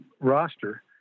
roster